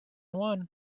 one